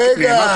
רגע.